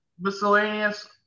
miscellaneous